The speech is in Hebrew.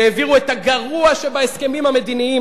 שהעבירו את הגרוע שבהסכמים המדיניים,